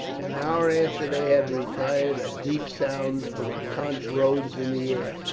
an hour after they had retired a deep sound of a conch rose in the air.